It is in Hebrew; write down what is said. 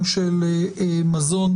גם של מזון.